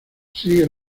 sigue